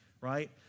right